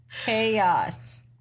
Chaos